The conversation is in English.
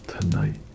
tonight